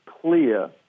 clear